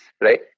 right